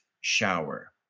shower